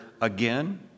again